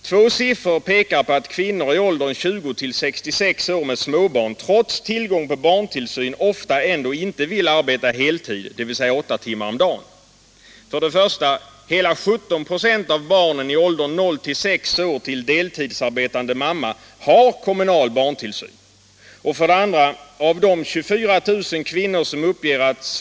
Två siffror pekar på att kvinnor i åldern 20-66 år med småbarn trots tillgång på barntillsyn ofta ändå inte vill arbeta heltid, dvs. åtta timmar om dagen.